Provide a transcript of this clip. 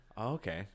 okay